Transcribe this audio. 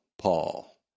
Paul